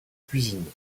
cuisine